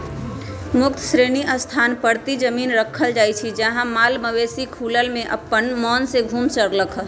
मुक्त श्रेणी स्थान परती जमिन रखल जाइ छइ जहा माल मवेशि खुलल में अप्पन मोन से घुम कऽ चरलक